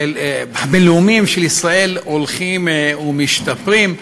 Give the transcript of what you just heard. הבין-לאומיים של ישראל הולכים ומשתפרים,